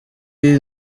iyi